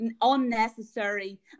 Unnecessary